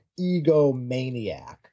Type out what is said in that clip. egomaniac